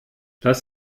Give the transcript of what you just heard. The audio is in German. das